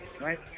right